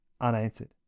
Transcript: unanswered